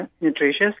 nutritious